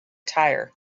tire